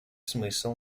смысл